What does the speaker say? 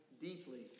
deeply